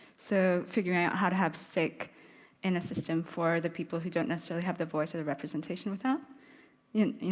so figuring out how to have stake in a system for the people who don't necessarily have the voice or the representation with that. yeah you